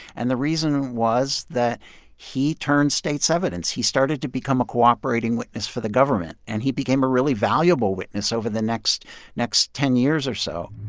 and the reason was that he turned state's evidence. he started to become a cooperating witness for the government, and he became a really valuable witness over the next next ten years or so